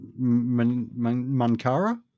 Mankara